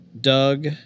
Doug